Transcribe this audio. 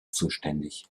zuständig